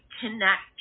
connect